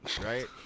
Right